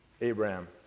Abraham